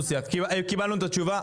קיבלנו את התשובה.